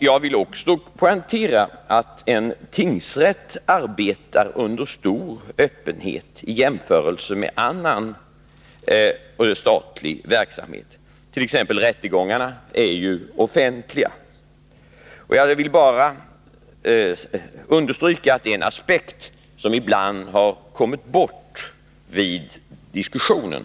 Jag vill också poängtera att en tingsrätt arbetar under stor öppenhet i jämförelse med annan statlig verksamhet. Rättegångarna t.ex. är ju offentliga. Jag vill bara understryka att det är en aspekt som ibland har kommit bort i diskussionen.